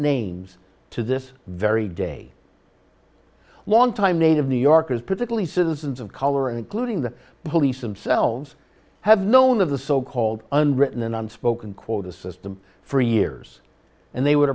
names to this very day longtime native new yorkers particularly citizens of color and including the police and selves have known of the so called unwritten unspoken quota system for years and they would